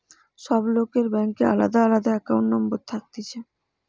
সব লোকের ব্যাংকে আলদা আলদা একাউন্ট নম্বর থাকতিছে